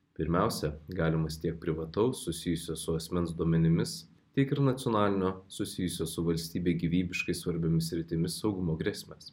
pirmiausia galimas tiek privataus susijusių su asmens duomenimis tiek ir nacionalinio susijusio su valstybei gyvybiškai svarbiomis sritimis saugumo grėsmes